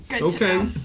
Okay